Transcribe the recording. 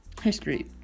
history